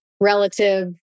relative